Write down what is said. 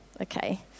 Okay